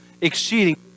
exceeding